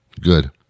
Good